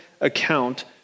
account